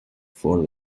for